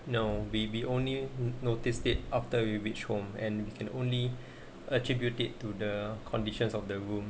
no we we only noticed it after we reach home and can only attribute it to the conditions of the room